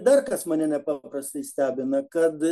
dar kas mane nepaprastai stebina kad